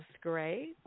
great